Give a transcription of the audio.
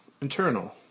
Internal